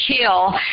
kill